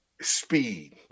Speed